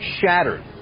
shattered